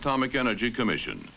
atomic energy commission